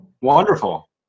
Wonderful